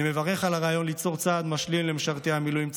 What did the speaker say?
אני מברך על הרעיון ליצור צעד משלים למשרתים במילואים.